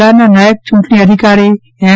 જીલ્લાના નાયબ ચુંટણી અધિકારી એન